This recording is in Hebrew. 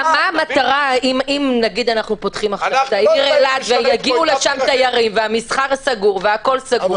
אם נפתח את העיר אילת ויגיעו לשם תיירים והמסחר סגור והכול סגור,